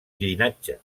llinatge